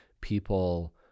people